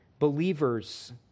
Believers